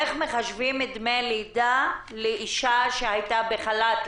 איך מחשבים דמי לידה לאישה שהייתה בחל"ת?